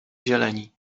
zieleni